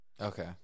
Okay